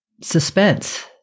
suspense